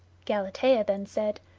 galatea then said,